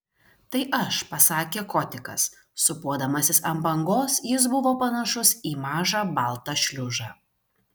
tai aš pasakė kotikas sūpuodamasis ant bangos jis buvo panašus į mažą baltą šliužą